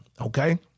Okay